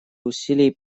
усилий